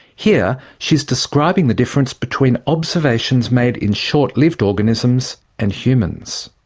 here she's describing the difference between observations made in short-lived organisms and humans.